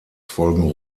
folgen